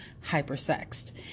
hyper-sexed